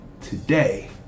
today